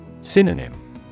Synonym